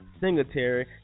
Singletary